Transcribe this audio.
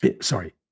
Sorry